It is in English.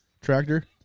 tractor